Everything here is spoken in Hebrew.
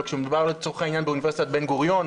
אבל כשמדובר לצורך העניין באוניברסיטת בן-גוריון,